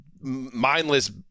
mindless